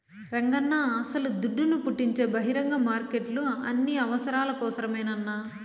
రంగన్నా అస్సల దుడ్డును పుట్టించే బహిరంగ మార్కెట్లు అన్ని అవసరాల కోసరమేనన్నా